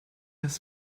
his